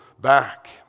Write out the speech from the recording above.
back